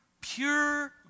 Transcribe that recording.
Pure